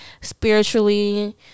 spiritually